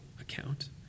account